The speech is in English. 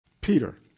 Peter